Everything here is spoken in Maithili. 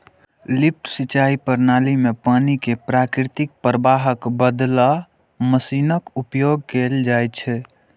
लिफ्ट सिंचाइ प्रणाली मे पानि कें प्राकृतिक प्रवाहक बदला मशीनक उपयोग कैल जाइ छै